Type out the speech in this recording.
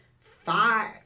five